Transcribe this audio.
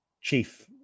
chief